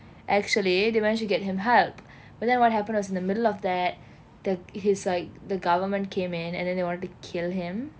actually they managed to get him help but then what happened was in the middle of that the his like the government came in and then they wanted to kill him